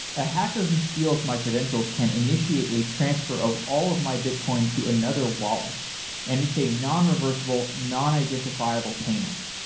a hacker who steals my credentials can initiate a transfer of all of my bit coin to another wallet and it's a nonreversible, nonidentifiable payment.